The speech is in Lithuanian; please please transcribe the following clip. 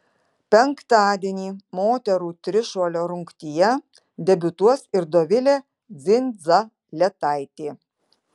penktadienį moterų trišuolio rungtyje debiutuos ir dovilė dzindzaletaitė